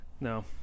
No